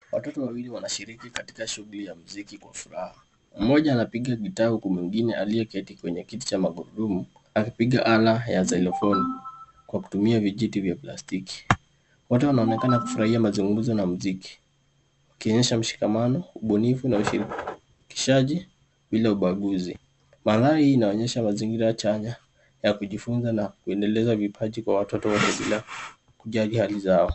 Watoto wawili wanashiriki katika shughuli ya muziki kwa furaha. Mmoja anapiga gita huku mwingine aliyeketi kwenye kiti cha magurudumu akipiga ala ya xylophone kwa kutumia vijiti vya plastiki. Wote wanaonekana kufurahia mazungumzo na muziki ukionyesha mshikamano, ubunifu na mshirikishaji bila ubaguzi. Mandhari hii inaonyesha mazingira chanya ya kujifunza na kuendeleza vipaji kwa watoto wote bila kujali hali zao.